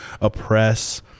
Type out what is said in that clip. oppress